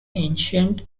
ancient